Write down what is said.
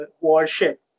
warship